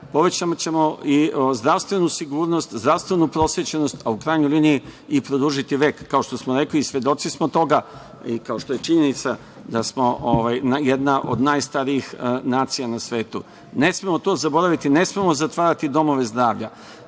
povećaćemo i zdravstvenu sigurnost, zdravstvenu prosvećenost, a u krajnjoj liniji i produžiti vek. Kao što smo rekli, i svedoci smo toga, kao što je i činjenica, da smo jedna od najstarijih nacija na svetu. Ne smemo to zaboraviti, ne smemo zatvarati domove zdravlja.